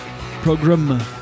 program